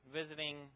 visiting